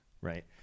Right